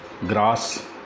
Grass